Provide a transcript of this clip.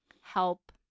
help